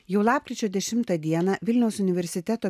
jau lapkričio dešimtą dieną vilniaus universiteto